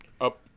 up